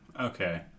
Okay